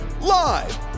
live